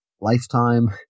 lifetime